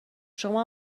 شما